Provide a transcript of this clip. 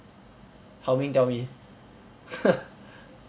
hao ming tell me